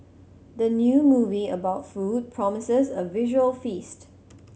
the new movie about food promises a visual feast